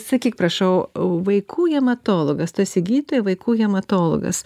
sakyk prašau vaikų hematologas tu esi gydytoja vaikų hematologas